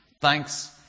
thanks